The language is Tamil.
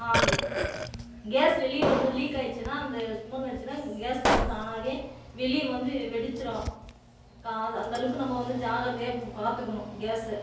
அந்த கேஸ் வெளியே வரும்போது லீக் ஆகிச்சுன்னா அந்த சுமெல் வந்துச்சுன்னால் கேஸ் வந்து தானாகவே வெளியே வந்து வெடிச்சுரும் அந்த அளவுக்கு நம்ம வந்து ஜாக்கிரதையாக பார்த்துக்கணும் கேஸை